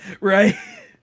Right